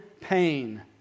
pain